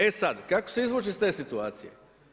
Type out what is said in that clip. E, sad, kako se izvući iz te situacije?